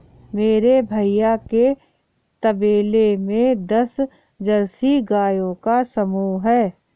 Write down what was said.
मेरे भैया के तबेले में दस जर्सी गायों का समूह हैं